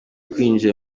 kwinjira